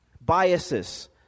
biases